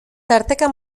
tarteka